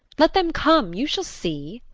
let them come, you shall see.